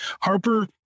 Harper